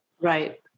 Right